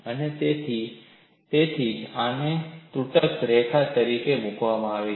અને તેથી જ આને ત્રુટક રેખા તરીકે મૂકવામાં આવે છે